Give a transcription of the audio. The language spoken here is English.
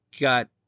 got